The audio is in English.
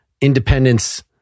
independence